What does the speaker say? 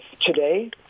today